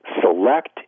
Select